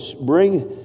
bring